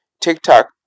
TikTok